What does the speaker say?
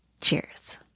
Cheers